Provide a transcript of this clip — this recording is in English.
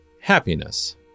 Happiness